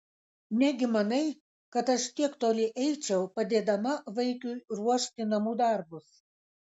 negi manai kad aš tiek toli eičiau padėdama vaikiui ruošti namų darbus